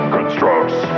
Constructs